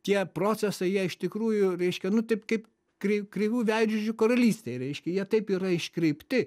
tie procesai jie iš tikrųjų reiškia nu taip kaip krei kreivų veidrodžių karalystėj reiškia jie taip yra iškreipti